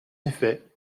effet